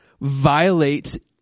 violate